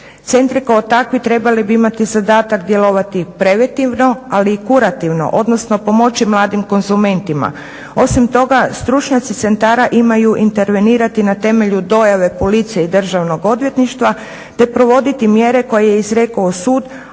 Centri kao takvi trebali bi imati zadatak djelovati preventivno, ali i kurativno, odnosno pomoći mladim konzumentima. Osim toga stručnjaci centara imaju intervenirati na temelju dojave policije i državnog odvjetništva, te provoditi mjere koje je izrekao sud,